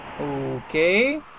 Okay